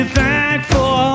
thankful